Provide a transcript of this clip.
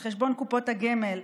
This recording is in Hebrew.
על חשבון קופות הגמל.